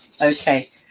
Okay